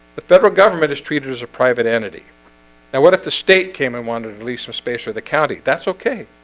the federal government is treated as a private entity now what if the state came and wanted at least some space or the county? that's okay.